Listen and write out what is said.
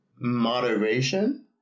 moderation